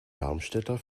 darmstädter